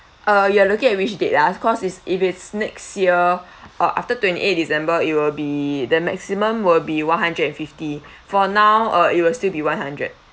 uh you are looking at which date ah cause it's if it's next year uh after twenty eight december it will be the maximum will be one hundred and fifty for now uh it will still be one hundred